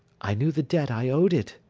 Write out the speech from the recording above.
i knew the debt i owed it.